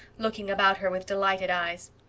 looking about her with delighted eyes.